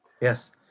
Yes